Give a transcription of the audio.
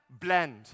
blend